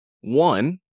one